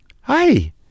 Hi